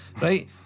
right